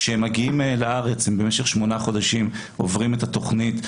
כשהם מגיעים לארץ במשך שמונה חודשים הם עוברים את תכנית אולפן,